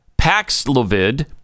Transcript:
Paxlovid